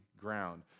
ground